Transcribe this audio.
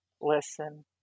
listen